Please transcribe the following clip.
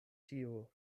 ĉio